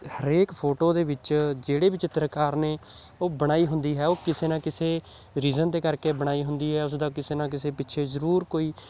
ਹਰੇਕ ਫੋਟੋ ਦੇ ਵਿੱਚ ਜਿਹੜੇ ਵੀ ਚਿੱਤਰਕਾਰ ਨੇ ਉਹ ਬਣਾਈ ਹੁੰਦੀ ਹੈ ਉਹ ਕਿਸੇ ਨਾ ਕਿਸੇ ਰੀਜਨ ਦੇ ਕਰਕੇ ਬਣਾਈ ਹੁੰਦੀ ਹੈ ਉਸ ਦਾ ਕਿਸੇ ਨਾ ਕਿਸੇ ਪਿੱਛੇ ਜ਼ਰੂਰ ਕੋਈ